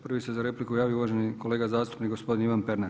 Prvi se za repliku javio uvaženi kolega zastupnik gospodin Ivan Pernar.